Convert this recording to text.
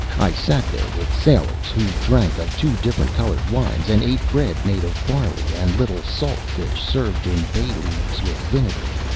i sat there with sailors who drank of two different-coloured wines, and ate bread made of barley, and little salt fish served in bay leaves with vinegar.